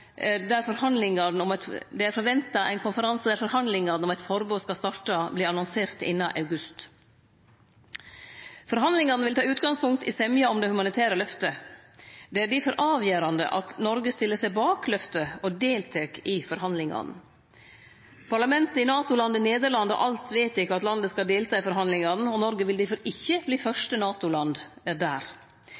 Det er forventa at ein konferanse der forhandlingane om eit forbod skal starte, vert annonsert innan august. Forhandlingane vil ta utgangspunkt i semja om det humanitære løftet. Det er difor avgjerande at Noreg stiller seg bak løftet og deltek i forhandlingane. Parlamentet i NATO-landet Nederland har allereie vedteke at landet skal delta i forhandlingane. Noreg vil difor ikkje verte fyrste NATO-land der.